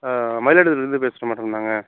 மயிலாடுதுறைலிருந்து பேசுகிறோம் மேடம் நாங்கள்